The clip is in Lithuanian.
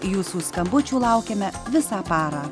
jūsų skambučių laukiame visą parą